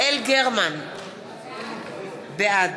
בעד